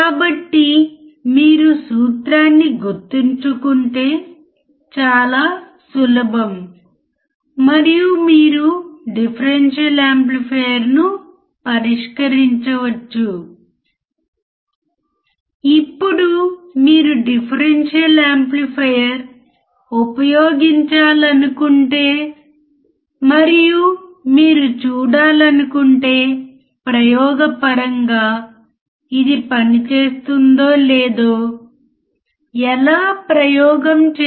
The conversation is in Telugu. కాబట్టి మనము ఈ ప్రయోగాన్ని ఏదైనా ప్రయోగశాల కండిషన్లో చెప్పగలను నేను ఏదైనా ప్రయోగశాల కండిషన్ ని చెప్పినప్పుడు మీ DC విద్యుత్ సరఫరా ఫంక్షన్ జనరేటర్ లేదా ఓసిల్లోస్కోప్ ఆప్ ఆంప్ బ్రెడ్బోర్డ్ మరియు దానిని కనెక్ట్ చేయడానికి కొన్ని కనెక్టర్లు ఉంటే మీరు ప్రయోగాన్ని చాలా సులభంగా చేయగలరు